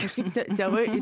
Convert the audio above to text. kažkaip tėvai